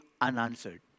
unanswered